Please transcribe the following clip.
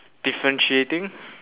differentiating